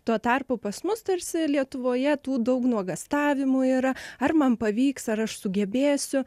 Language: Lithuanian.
tuo tarpu pas mus tarsi lietuvoje tų daug nuogąstavimų yra ar man pavyks ar aš sugebėsiu